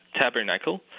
Tabernacle